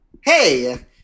Hey